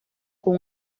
con